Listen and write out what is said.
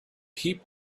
heap